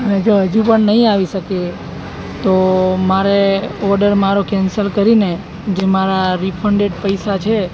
અને જો હજુ પણ નહીં આવી શકે તો મારે ઓડર મારો કેન્સલ કરીને જે મારા રિફંડેડ પૈસા છે